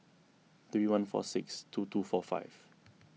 three one four six two two four five